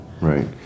Right